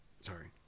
sorry